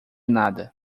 nada